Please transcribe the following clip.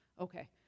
Okay